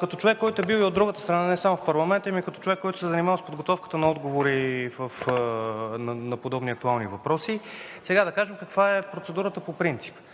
като човек, който е бил и от другата страна, не само в парламента, а и като човек, който се е занимавал с подготовката на отговори на подобни актуални въпроси. Да кажа каква е процедурата по принцип.